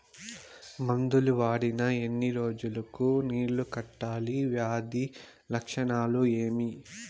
మందులు వాడిన ఎన్ని రోజులు కు నీళ్ళు కట్టాలి, వ్యాధి లక్షణాలు ఏమి?